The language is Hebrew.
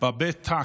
בהרבה טקט,